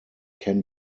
can